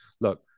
look